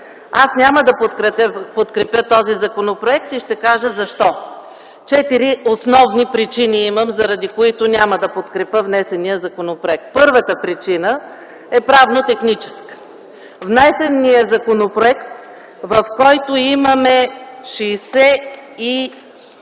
Аз няма да подкрепя този законопроект и ще кажа защо. Четири основни причини имам, заради които няма да подкрепя внесения законопроект. Първата причина е правно-техническа. Внесен е законопроект, в който имаме 63